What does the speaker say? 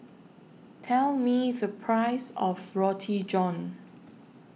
Tell Me The Price of Roti John